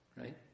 Right